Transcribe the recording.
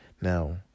Now